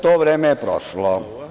To vreme je prošlo.